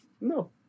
No